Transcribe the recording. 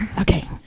okay